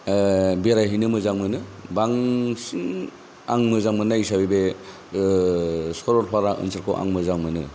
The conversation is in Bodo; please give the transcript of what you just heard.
बेरायहैनो मोजां मोनो बांसिन आं मोजां मोननाय हिसाबै बे सरलपारा ओनसोलखौ आं मोजां मोनो